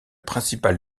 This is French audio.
principal